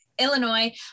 Illinois